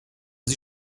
sie